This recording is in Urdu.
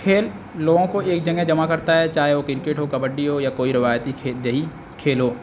کھیل لوگوں کو ایک جگہ جمع کرتا ہے چاہے وہ کرکٹ ہو کبڈی ہو یا کوئی روایتی کھیل دیہی کھیل ہو